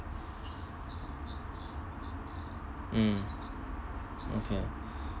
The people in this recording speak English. mm okay